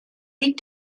liegt